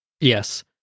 Yes